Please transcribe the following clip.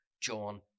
John